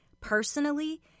personally